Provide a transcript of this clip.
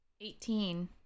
Eighteen